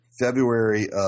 February